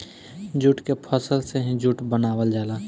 jute के फसल से ही जूट बनावल जाला